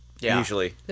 usually